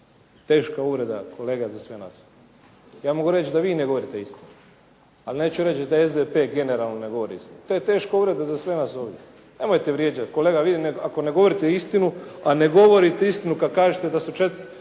Teška uvreda kolega za sve nas. Ja mogu reći da vi ne govorite istinu, ali neću reći da SDP generalno ne govori istinu. To je teška uvreda za sve nas ovdje. Nemojte vrijeđati. Kolega vi ako ne govorite istinu, a ne govorite istinu kad kažete da su 4